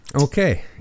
Okay